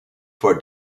for